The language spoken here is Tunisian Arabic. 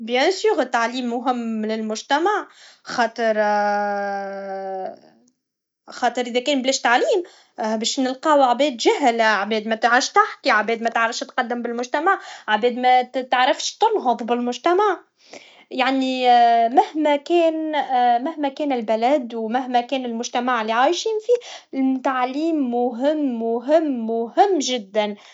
بيان سير التعليم مهم للمجتمع خاطر خاطر اذا كان بلاش تعليم باش نلقاو عباد جهله عباد مترفش تحكي عباد متعرفش تقدم للمجتمع عباد متعرفش تنهض بالمجتمع يعني مهما كان مهما كان البلد و مهما مان المجتمع لي عايشين فيه التعليم مهم مهم مهم جدا